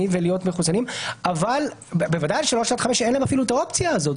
ולהיות מחוסנים אבל בוודאי שלגיל 3 עד 5 אין את האופציה הזאת.